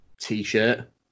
T-shirt